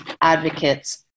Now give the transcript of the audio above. Advocates